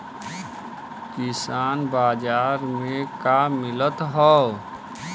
किसान बाजार मे का मिलत हव?